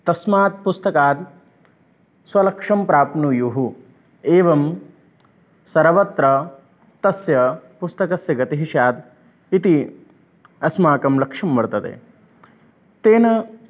तस्मात् पुस्तकात् स्वलक्षं प्राप्नयुः एवं सर्वत्र तस्य पुस्तकस्य गतिः स्यात् इति अस्माकं लक्ष्यं वर्तते तेन